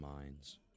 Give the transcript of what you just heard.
minds